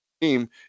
team